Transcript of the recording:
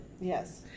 Yes